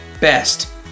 best